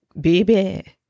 baby